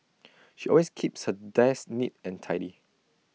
she always keeps her desk neat and tidy